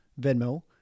Venmo